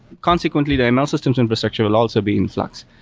consequently, the and ml systems infrastructure will also be influx.